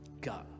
God